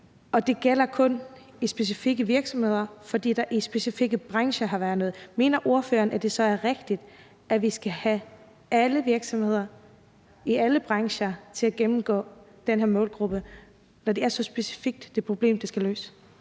og det gælder kun i specifikke virksomheder, fordi der har været noget i specifikke brancher. Mener ordføreren så, at det er rigtigt, at vi skal have alle virksomheder i alle brancher til at gennemgå den her målgruppe, når det problem, det skal løse,